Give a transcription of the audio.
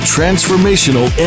Transformational